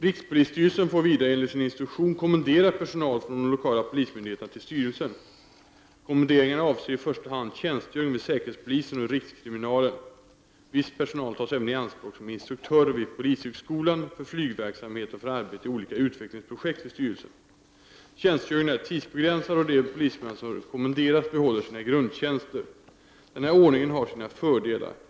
Rikspolisstyrelsen får vidare enligt sin instruktion kommendera personal från de lokala polismyndigheterna till styrelsen. Kommenderingarna avser i första hand tjänstgöring vid säkerhetspolisen och rikskriminalen. Viss personal tas även i anspråk som instruktörer vid polishögskolan, för flygverksamhet och för arbete i olika utvecklingsprojekt vid styrelsen. Tjänstgöringen är tidsbegränsad och de polismän som kommenderas behåller sina grundtjänster. Den här ordningen har sina fördelar.